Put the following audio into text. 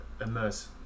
immerse